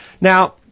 Now